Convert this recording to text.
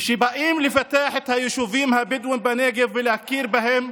וכשבאים לפתח את היישובים הבדואיים בנגב ולהכיר בהם,